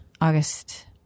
August